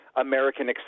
American